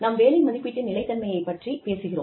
நாம் வேலை மதிப்பீட்டின் நிலைத்தன்மையை பற்றி பேசுகிறோம்